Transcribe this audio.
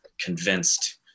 convinced